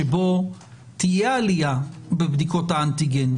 שבו תהיה עלייה בבדיקות האנטיגן,